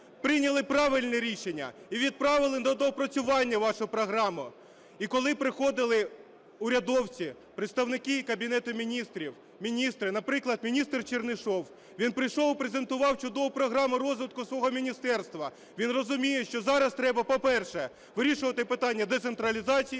прийняли правильне рішення і відправили на доопрацювання вашу програму. І коли приходили урядовці, представники Кабінету Міністрів, міністри, наприклад, міністр Чернишов, він прийшов і презентував чудову програму розвитку свого міністерства. Він розуміє, що зараз треба, по-перше, вирішувати питання децентралізації,